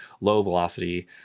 low-velocity